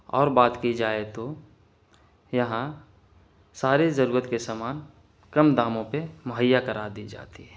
اور بات کی جائے تو یہاں ساری ضرورت کے سامان کم داموں پہ مہیا کرا دی جاتی ہے